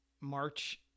March